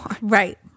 Right